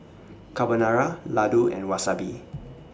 Carbonara Ladoo and Wasabi